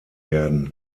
werden